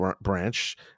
branch